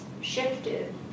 shifted